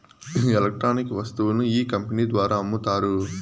electronic వస్తువులను ఈ company ద్వారా అమ్ముతారు